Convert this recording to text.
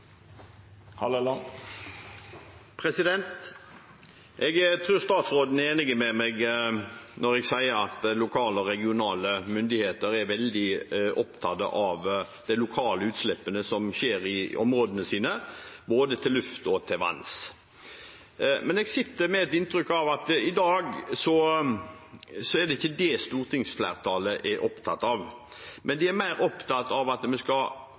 Jeg tror statsråden er enig med meg når jeg sier at lokale og regionale myndigheter er veldig opptatt av de lokale utslippene som skjer i områdene sine, både i lufta og til vanns. Jeg sitter med et inntrykk av at i dag er det ikke det stortingsflertallet er opptatt av. De er mer opptatt av at vi gjennom disse kravene skal